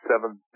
seven